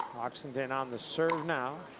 oxenden on the serve now.